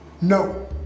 No